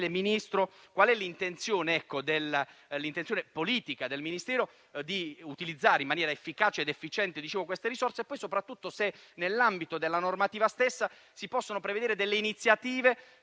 Ministro, qual è l'intenzione politica del Ministero per utilizzare in maniera efficace ed efficiente le risorse e soprattutto se nell'ambito della normativa stessa si possono prevedere delle iniziative